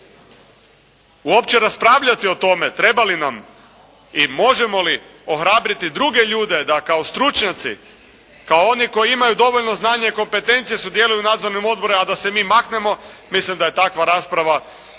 Uopće raspravljati o tome treba li nam i možemo li ohrabriti druge ljude da kao stručnjaci, kao oni koji imaju dovoljno znanja i kompetencije sudjeluju u nadzornim odborima a da se mi maknemo mislim da je takva rasprava sasvim